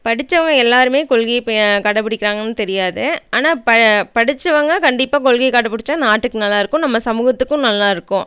படிச்சவங்கள் எல்லாருமே கொள்கையை இப்போ கடைபிடிக்கிறாங்கன்னு தெரியாது ஆனால் ப படிச்சவங்கள் கண்டிப்பாக கொள்கையை கடைபுடிச்சா நாட்டுக்கு நல்லாயிருக்கும் நம்ம சமூகத்துக்கும் நல்லாயிருக்கும்